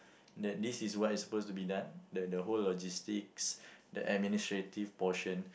that this is what is supposed to be done the the whole logistics the administrative portion